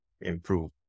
improve